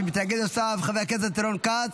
מי שמתנגד עכשיו, חבר הכנסת רון כץ.